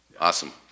Awesome